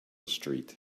street